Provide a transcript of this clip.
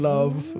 Love